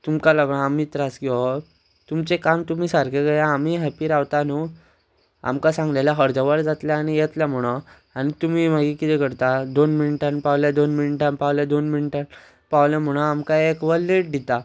तुमकां लागून आमी त्रास घेवप तुमचें काम तुमी सारकें करा आमी हॅप्पी रावता न्हू आमकां सांगलेलें हजारा वयर जातले जाल्यार येतलें म्हुणोन आनी तुमी मागीर कितें करता दोन मिनटान पावले दोन मिनटान पावले दोन मिनटान पावले म्हणोन आमकां एक वर लेट दिता